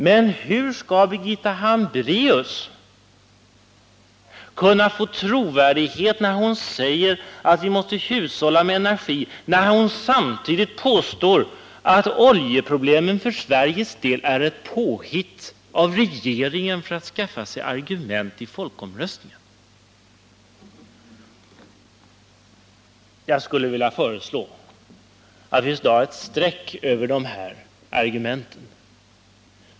Men hur skall Birgitta Hambraeus vinna trovärdighet för talet om att hushålla med energi, när hon samtidigt påstår att oljeproblemen för Sveriges del är ett påhitt av regeringen för att skaffa sig argument vid folkomröstningen? Jag skulle vilja föreslå att vi drar ett streck över Birgitta Hambraeus argument här.